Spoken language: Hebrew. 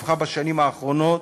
הפכה בשנים האחרונות